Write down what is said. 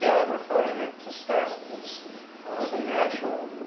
yeah referring it to staff is so natural,